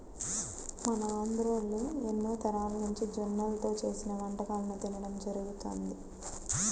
మన ఆంధ్రోల్లు ఎన్నో తరాలనుంచి జొన్నల్తో చేసిన వంటకాలను తినడం జరుగతంది